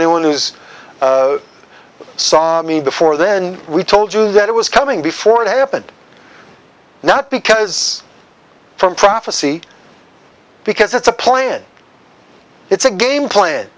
anyone who's saw me before then we told you that it was coming before it happened not because from prophecy because it's a plan it's a game plan